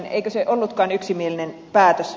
eikö se ollutkaan yksimielinen päätös